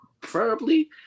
preferably